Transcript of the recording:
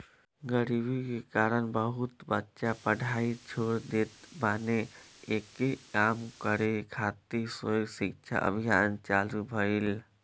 गरीबी के कारण बहुते बच्चा पढ़ाई छोड़ देत बाने, एके कम करे खातिर सर्व शिक्षा अभियान चालु भईल